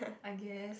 I guess